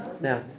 Now